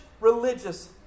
religious